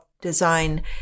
design